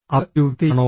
അത് ഒരു വ്യക്തിയാണോ